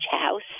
house